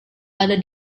ada